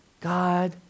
God